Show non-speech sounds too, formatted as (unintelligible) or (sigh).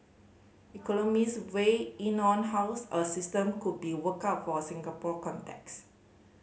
economist weighed in on how (unintelligible) a system could be worked out for the Singapore context